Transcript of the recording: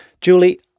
Julie